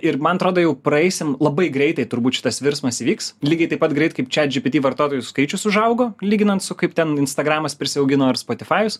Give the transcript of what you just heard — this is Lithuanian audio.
ir man atrodo jau praeisim labai greitai turbūt šitas virsmas įvyks lygiai taip pat greit kaip čiat dži pi ti vartotojų skaičius užaugo lyginant su kaip ten instagramas prisiaugino ir spotifajus